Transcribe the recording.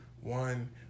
One